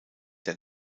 der